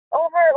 over